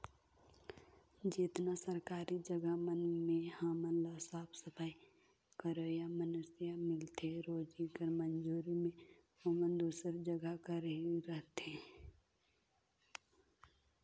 जेतना सरकारी जगहा मन में हमन ल साफ सफई करोइया मइनसे मिलथें रोजी कर मंजूरी में ओमन दूसर जगहा कर ही रहथें